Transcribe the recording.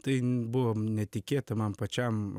tai buvo netikėta man pačiam